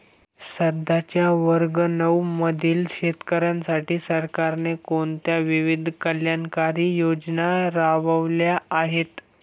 सध्याच्या वर्ग नऊ मधील शेतकऱ्यांसाठी सरकारने कोणत्या विविध कल्याणकारी योजना राबवल्या आहेत?